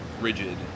rigid